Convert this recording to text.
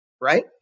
right